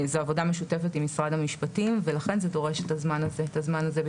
זו עבודה משותפת עם משרד המשפטים ולכן זה דורש את הזמן הזה במלואו.